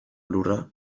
lurra